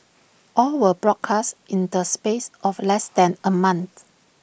all were broadcast in the space of less than A month